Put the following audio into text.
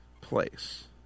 place